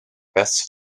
best